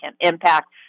impact